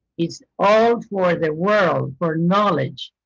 it's all for the world, for knowledge.